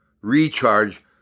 recharge